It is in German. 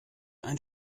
ein